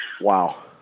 Wow